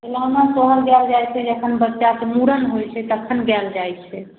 खिलौना सोहर गाएल जाइ छै जखन बच्चाके मूड़न होइ छै तखन गाएल जाइ छै